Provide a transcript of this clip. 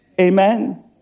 Amen